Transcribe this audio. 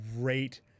great